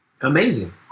amazing